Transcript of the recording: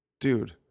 Dude